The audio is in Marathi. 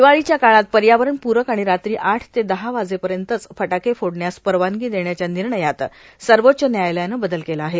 दिवाळीच्या काळात पर्यावरण प्रक आणि रात्री आठ ते दहा वाजेपर्यंतच फटाके फोडण्यास परवानगी देण्याच्या निर्णयात सर्वोच्च न्यायालयानं बदल केला आहे